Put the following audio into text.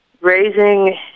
Raising